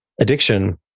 addiction